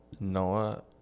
Noah